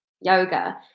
yoga